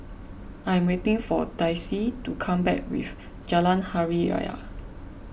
I'm waiting for Daisie to come back with Jalan Hari Raya